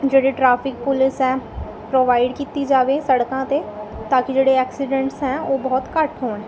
ਜਿਹੜੀ traffic police ਹੈ provide ਕੀਤੀ ਜਾਵੇ ਸੜਕਾਂ 'ਤੇ ਤਾਂ ਕਿ ਜਿਹੜੇ ਐਕਸੀਡੈਂਟਸ ਹੈ ਉਹ ਬਹੁਤ ਘੱਟ ਹੋਣ